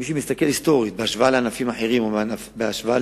מי שמסתכל היסטורית בהשוואה לענפים אחרים או בהשוואה